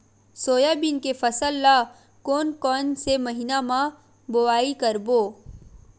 Soybean के फसल ल कोन कौन से महीना म बोआई करबो?